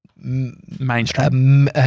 Mainstream